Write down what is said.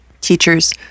teachers